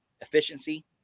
efficiency